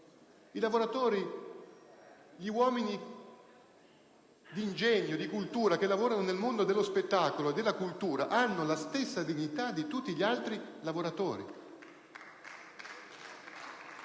lavoratori. Gli uomini di ingegno e cultura che lavorano nel mondo dello spettacolo e della cultura hanno la stessa dignità di tutti gli altri lavoratori.